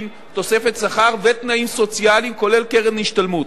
תוספת שכר ותנאים סוציאליים כולל קרן השתלמות,